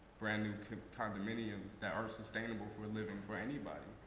brand new condominiums that aren't sustainable for living for anybody.